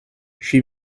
she